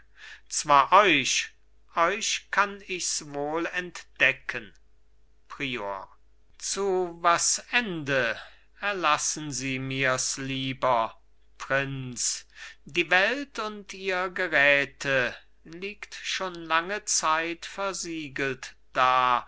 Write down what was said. zwar euch euch kann ichs wohl entdecken prior zu was ende erlassen sie mirs lieber prinz die welt und ihr geräte liegt schon lange zeit versiegelt da